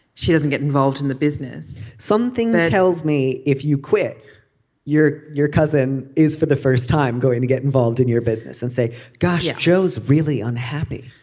she doesn't get involved in the business something that tells me if you quit you're your cousin is for the first time going to get involved in your business and say gosh joe's really unhappy